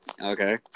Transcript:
Okay